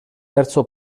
terzo